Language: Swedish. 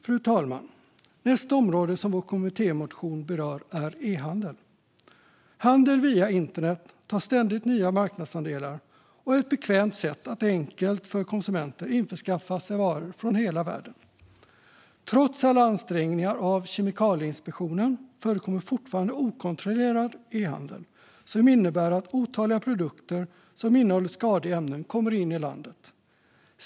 Fru talman! Nästa område som vår kommittémotion berör är e-handel. Handel via internet tar ständigt nya marknadsandelar och är ett bekvämt och enkelt sätt för konsumenter att införskaffa sig varor från hela världen. Trots alla ansträngningar av Kemikalieinspektionen förekommer fortfarande okontrollerad e-handel, som innebär att otaliga produkter som innehåller skadliga ämnen kommer in i landet.